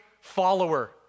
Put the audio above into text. follower